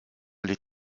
les